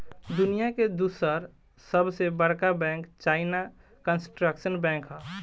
दुनिया के दूसर सबसे बड़का बैंक चाइना कंस्ट्रक्शन बैंक ह